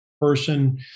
person